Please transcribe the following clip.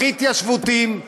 הכי התיישבותיים,